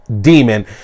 demon